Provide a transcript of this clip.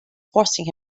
forcing